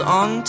on